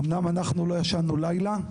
אמנם אנחנו לא ישנו לילה,